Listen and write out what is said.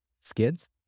Skids